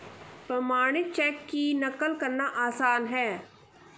प्रमाणित चेक की नक़ल करना आसान है